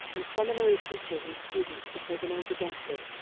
and seminary teachers and students to take an oath against it,